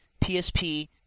PSP